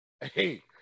Hey